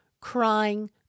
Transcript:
crying